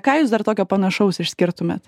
ką jūs dar tokio panašaus išskirtumėt